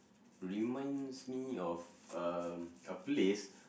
reminds me of uh a place